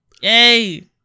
Yay